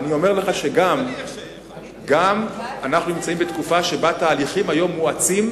אני אומר לך שאנחנו נמצאים בתקופה שבה תהליכים היום מואצים.